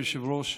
אדוני היושב-ראש,